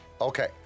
Okay